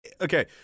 Okay